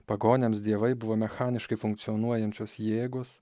pagonims dievai buvo mechaniškai funkcionuojančios jėgos